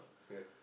ya